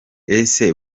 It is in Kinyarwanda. ese